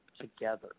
together